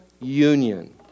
union